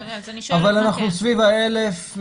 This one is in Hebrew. אבל אנחנו סביב ה-1,000,